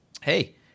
hey